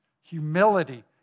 humility